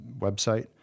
website